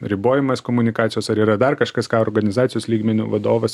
ribojimas komunikacijos ar yra dar kažkas ką organizacijos lygmeniu vadovas